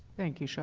thank you, so